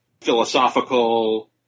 philosophical